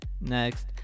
Next